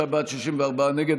53 בעד, 64 נגד.